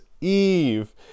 Eve